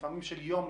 לפעמים של יום,